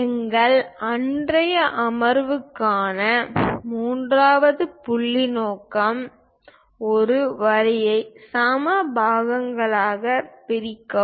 எங்கள் இன்றைய அமர்வுக்கான மூன்றாவது புள்ளி நோக்கம் ஒரு வரியை சம பாகங்களாக பிரிக்கவும்